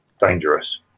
dangerous